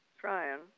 trying